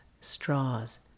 straws